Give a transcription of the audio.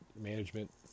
management